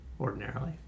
ordinarily